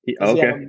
Okay